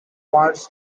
wants